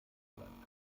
bleibt